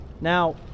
Now